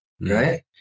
Right